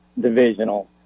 divisional